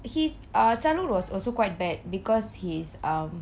his uh childhood was also quite bad because he's a uh